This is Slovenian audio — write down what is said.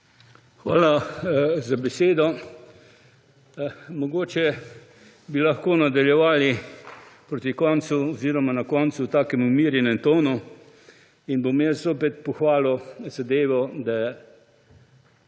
Hvala za besedo. Mogoče bi lahko nadaljevali proti koncu oziroma na koncu v takem umirjenem tonu in bom jaz zopet pohvalil zadevo, da je